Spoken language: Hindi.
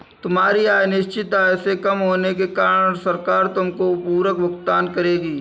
तुम्हारी आय निश्चित आय से कम होने के कारण सरकार तुमको पूरक भुगतान करेगी